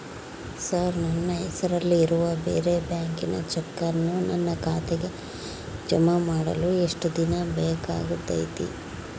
Sir ನನ್ನ ಹೆಸರಲ್ಲಿ ಇರುವ ಬೇರೆ ಬ್ಯಾಂಕಿನ ಚೆಕ್ಕನ್ನು ನನ್ನ ಖಾತೆಗೆ ಜಮಾ ಮಾಡಲು ಎಷ್ಟು ದಿನ ಬೇಕಾಗುತೈತಿ?